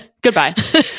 Goodbye